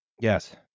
Yes